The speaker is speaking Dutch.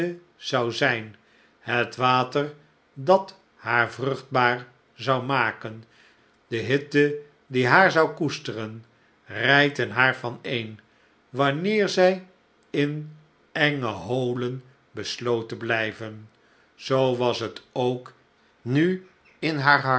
zou zijn het water dat haar vruchtbaar zou maken de hitte die haar zou koesteren rijten haar vaneen wanneer zij in enge holen besloten blijven zoo was het ook nu in haar